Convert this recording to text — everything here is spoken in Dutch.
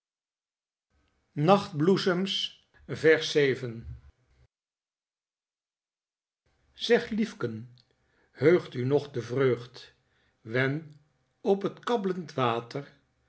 zeg liefken heugt u nog de vreugd wen op het kabblend water